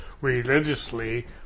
religiously